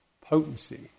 potency